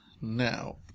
now